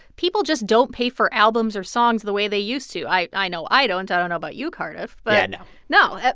people just don't pay for albums or songs the way they used to. i i know i don't. i don't know about you, cardiff, but. yeah, no no.